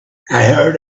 heard